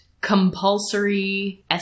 compulsory